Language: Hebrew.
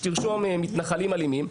לכתוב "מתנחלים אלימים"